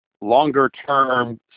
longer-term